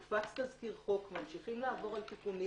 הופץ תזכיר חוק, ממשיכים לעבור על תיקונים